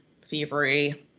fevery